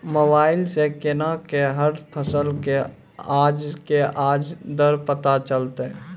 Mobile सऽ केना कऽ हर फसल कऽ आज के आज दर पता चलतै?